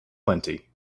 plenty